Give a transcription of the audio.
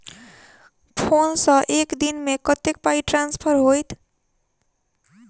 Phone सँ एक दिनमे कतेक पाई ट्रान्सफर होइत?